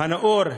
הנאור,